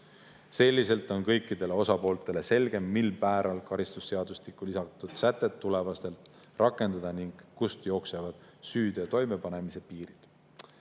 Selliselt on kõikidele osapooltele selge, mil määral karistusseadustikku lisatud sätet tulevikus rakendada ning kust jooksevad süüteo toimepanemise piirid.